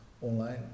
online